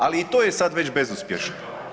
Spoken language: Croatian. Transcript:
Ali i to je sad već bezuspješno.